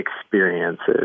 experiences